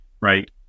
Right